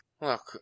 Look